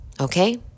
Okay